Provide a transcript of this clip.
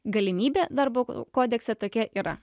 galimybė darbo kodekse tokia yra